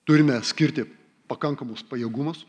turime skirti pakankamus pajėgumus